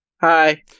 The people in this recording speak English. Hi